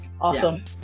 awesome